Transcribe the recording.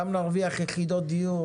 גם נרוויח יחידות דיור,